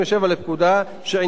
שעניינו רציפות הכהונה,